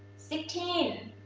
sixteen.